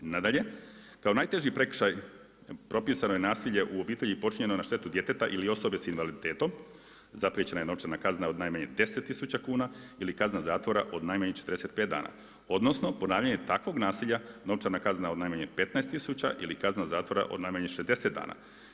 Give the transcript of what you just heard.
Nadalje, kao najteži prekršaj propisano je nasilje u obitelji počinjeno na štetu djeteta ili osobe s invaliditetom zapriječena je novčana kazna od najmanje deset tisuća kuna ili kazna zatvora od najmanje 45 dana odnosno ponavljanje takvog nasilja novčana kazna od najmanje petnaest tisuća ili kazna zatvora od najmanje 60 dana.